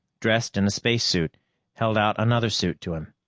dressed in a spacesuit, held out another suit to him.